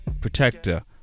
protector